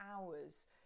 hours